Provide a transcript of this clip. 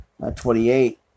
28